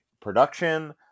production